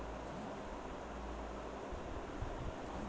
बीज डाले से पहिले कवन खाद्य दियायी खेत में त सही पड़ी?